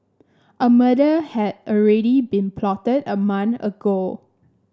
a murder had already been plotted a month ago